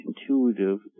intuitive